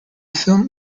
film